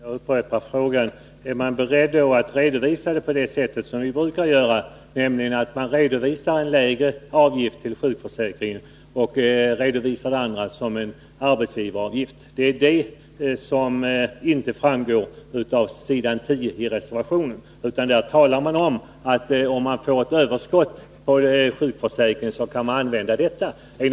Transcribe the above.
Herr talman! Jag upprepar frågan: Är moderaterna beredda att redovisa detta på det sätt vi brukar göra, nämligen att redovisa en lägre avgift för sjukförsäkringen och redovisa det andra som arbetsgivaravgift? Det är det som inte framgår på s. 10 i reservationen, utan där sägs att om man får ett överskott inom sjukförsäkringssystemet kan man använda detta till finansieringen av skattesänkningen.